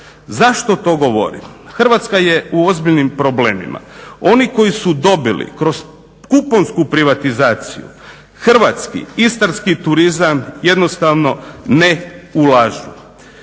Zašto to govorim? Hrvatska je u ozbiljnim problemima. Oni koji su dobili kroz kuponsku privatizaciju hrvatski istarski turizam jednostavno ne ulažu,